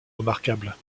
remarquables